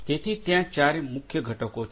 તેથી ત્યાં ચાર મુખ્ય ઘટકો છે